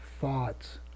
thoughts